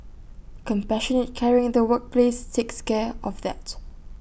compassionate caring in the workplace takes care of that